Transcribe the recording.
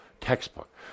textbook